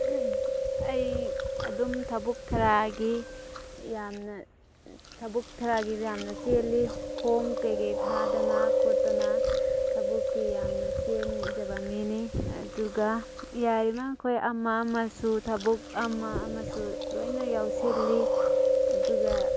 ꯑꯩ ꯑꯗꯨꯝ ꯊꯕꯛ ꯊꯔꯥꯒꯤ ꯌꯥꯝꯅ ꯊꯕꯛ ꯊꯔꯥꯒꯤ ꯌꯥꯝꯅ ꯆꯦꯜꯂꯤ ꯐꯣꯝ ꯀꯩꯀꯩ ꯊꯥꯗꯅ ꯈꯣꯠꯇꯅ ꯊꯕꯛꯀꯤ ꯌꯥꯝꯅ ꯆꯦꯟꯖꯕ ꯃꯤꯅꯤ ꯑꯗꯨꯒ ꯏꯌꯥꯏꯃ ꯑꯩꯈꯣꯏ ꯑꯃ ꯑꯃꯁꯨ ꯊꯕꯛ ꯑꯃ ꯑꯃꯁꯨ ꯂꯣꯏꯅ ꯌꯥꯎꯁꯤꯜꯂꯤ ꯑꯗꯨꯒ